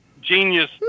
genius